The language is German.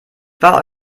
war